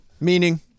meaning